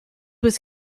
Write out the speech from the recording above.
was